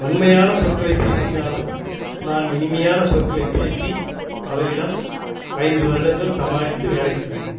வன்மையான சொற்களை பேசினாலும் நான் இனிமையான சொற்களை பேசி அவரிடம் ஐந்து வருடங்கள் சமாளித்து வேலை செய்தேன்